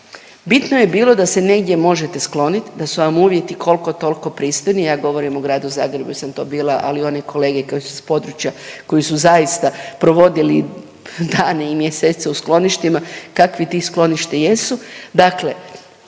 Bitno je bilo da se negdje možete skloniti, da su vam uvjeti koliko toliko pristojni, ja govorim o gradu Zagrebu jer sam to bila, ali oni kolege koji su s područja koji su zaista provodili dane i mjesece u skloništima, kakvi ti skloništa jesu,